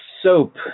soap